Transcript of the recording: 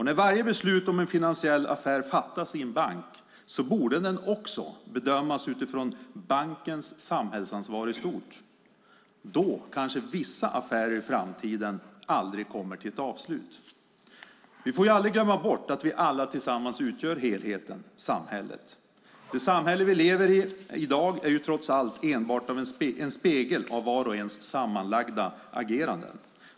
När varje beslut om en finansiell affär fattas i en bank borde den också bedömas utifrån bankens samhällsansvar i stort. Då kanske vissa affärer i framtiden aldrig kommer till ett avslut. Vi får aldrig glömma bort att vi alla tillsammans utgör helheten, samhället. Det samhälle vi i dag lever i är trots allt enbart en spegel av vars och ens sammanlagda agerande.